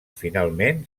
finalment